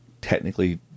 technically